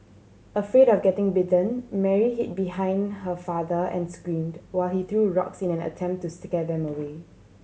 afraid of getting bitten Mary hid behind her father and screamed while he threw rocks in an attempt to scare them away